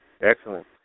Excellent